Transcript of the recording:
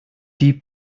die